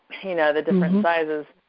you know, the different sizes